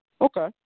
Okay